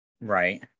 Right